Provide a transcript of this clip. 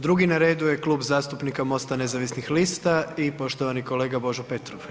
Drugi na redu je Klub zastupnika MOST-a Nezavisnih lista i poštovani kolega Božo Petrov.